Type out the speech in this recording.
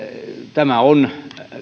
tämä on